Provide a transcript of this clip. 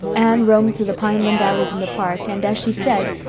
anne roamed through the pineland alleys in the park and, as she said,